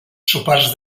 sopars